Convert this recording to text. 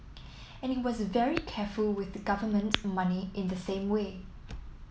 and he was very careful with government money in the same way